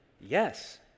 Yes